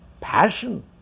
Passion